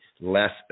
less